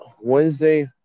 Wednesday